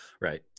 Right